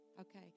okay